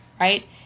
Right